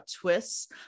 twists